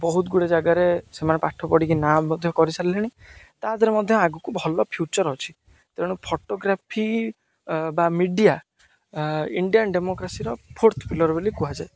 ବହୁତ ଗୁଡ଼େ ଜାଗାରେ ସେମାନେ ପାଠ ପଢ଼ିକି ନାଁ ମଧ୍ୟ କରିସାରିଲେଣି ତା ଦେହରେ ମଧ୍ୟ ଆଗକୁ ଭଲ ଫ୍ୟୁଚର ଅଛି ତେଣୁ ଫଟୋଗ୍ରାଫି ବା ମିଡ଼ିଆ ଇଣ୍ଡିଆନ ଡେମୋକ୍ରାସିର ଫୋର୍ଥ ପିଲର ବୋଲି କୁହାଯାଏ